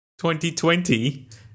2020